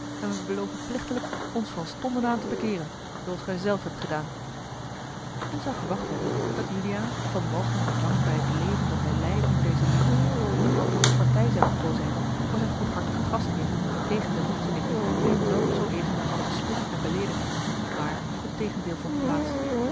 wij beloven plechtiglijk ons van stonden aan te bekeeren zooals gij zelf hebt gedaan men zou gewacht hebben dat juliaan van walging bevangen bij het leven dat hij leidde onder deze lieden nu althans partij zou gekozen hebben voor zijn goedhartigen gastheer tegen de woestelingen die hem zelf zooeven nog hadden bespot en beleedigd maar het tegendeel vond plaats